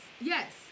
Yes